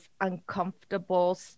uncomfortable